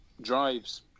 drives